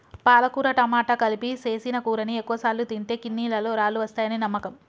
పాలకుర టమాట కలిపి సేసిన కూరని ఎక్కువసార్లు తింటే కిడ్నీలలో రాళ్ళు వస్తాయని నమ్మకం